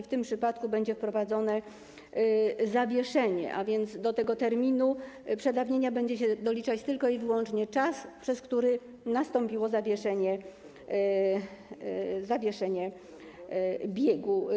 W tym przypadku będzie wprowadzone zawieszenie, a więc do tego terminu przedawnienia będzie się doliczać tylko i wyłącznie czas, na który nastąpiło zawieszenie jego biegu.